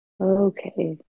Okay